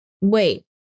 wait